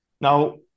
Now